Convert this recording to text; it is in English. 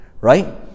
right